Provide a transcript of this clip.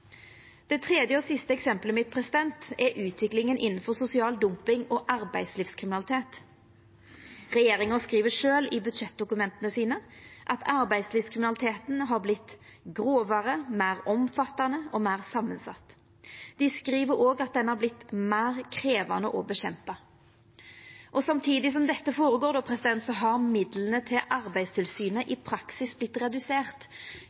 Det tredje og siste eksempelet mitt er utviklinga innanfor sosial dumping og arbeidslivskriminalitet. Regjeringa skriv sjølv i budsjettdokumenta sine at arbeidslivskriminaliteten har vorte grovare, meir omfattande og meir samansett. Dei skriv òg at han har vorte meir krevjande å få bukt med. Samtidig som dette går føre seg, har midlane til Arbeidstilsynet